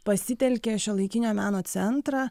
pasitelkė šiuolaikinio meno centrą